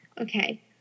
Okay